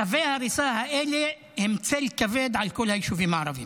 צווי ההריסה האלה הם צל כבד על כל היישובים הערביים.